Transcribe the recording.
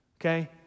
okay